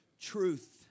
truth